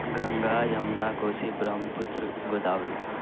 Ganga Yamuna Kosi Brahmaputra Godavari